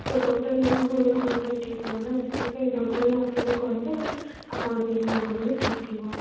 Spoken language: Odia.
ତ ଡକ୍ଟର୍ ଏବେ ମୁଁ ଏବେ କହିଥିଲି ଠିକ୍ ନାହିଁ ନା ତ ସେଥିପାଇଁ ଡକ୍ଟର୍ ହିଁ ଆସିଲେ କହିଲେ ଆପଣ ନେଇକିନା ଗଲେ ବି ଠିକ୍ ଥିବ